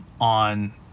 on